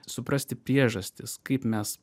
suprasti priežastis kaip mes